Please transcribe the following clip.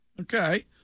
Okay